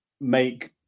make